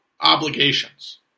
obligations